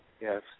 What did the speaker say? Yes